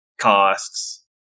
costs